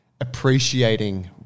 appreciating